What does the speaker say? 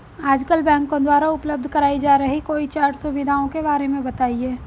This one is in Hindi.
आजकल बैंकों द्वारा उपलब्ध कराई जा रही कोई चार सुविधाओं के बारे में बताइए?